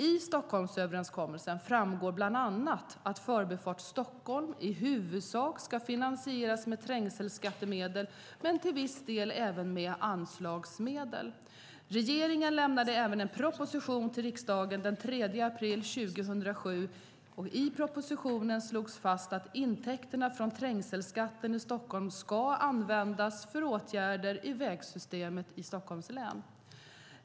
I Stockholmsöverenskommelsen framgår bland annat att Förbifart Stockholm i huvudsak ska finansieras med trängselskattemedel men till viss del även med anslagsmedel. Regeringen lämnade även en proposition till riksdagen den 3 april 2007. I propositionen slogs fast att intäkterna från trängselskatten i Stockholm ska användas för åtgärder i vägsystemet i Stockholms län.